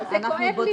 לא, זה כואב לי.